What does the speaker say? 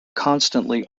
constantly